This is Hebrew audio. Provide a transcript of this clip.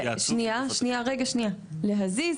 להזיז,